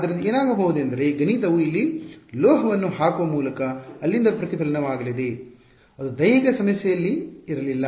ಆದ್ದರಿಂದ ಏನಾಗಬಹುದು ಎಂದರೆ ಗಣಿತವು ಇಲ್ಲಿ ಲೋಹವನ್ನು ಹಾಕುವ ಮೂಲಕ ಅಲ್ಲಿಂದ ಪ್ರತಿಫಲನವಾಗಲಿದೆ ಅದು ದೈಹಿಕ ಸಮಸ್ಯೆಯಲ್ಲಿ ಇರಲಿಲ್ಲ